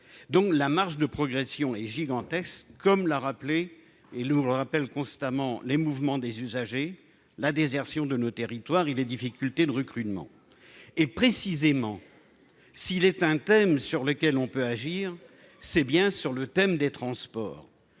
donc la marge de progression est gigantesque, comme l'a rappelé et lourd rappelle constamment les mouvements des usagers, la désertion de nos territoires, il les difficultés de recrutement et précisément s'il est un thème sur lequel on peut agir, c'est bien sur le thème des transports,